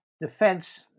defense